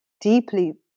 deeply